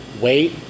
Wait